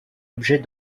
objets